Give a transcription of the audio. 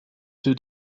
two